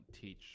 teach